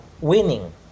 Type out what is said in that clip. winning